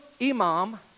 imam